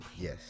Yes